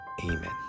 Amen